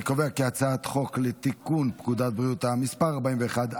אני קובע כי הצעת חוק לתיקון פקודת בריאות העם (מס' 41),